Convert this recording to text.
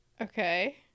okay